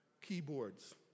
keyboards